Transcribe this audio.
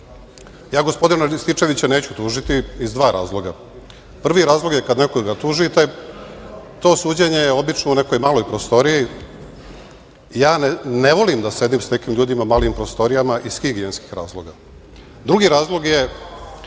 Gospodina Rističevića neću tužiti iz dva razloga. Prvi razlog je kad nekoga tužite to suđenje je obično u nekoj maloj prostoriji, a ja ne volim da sedim sa nekim ljudima u malim prostorijama iz higijenskih razloga. Drugi razlog je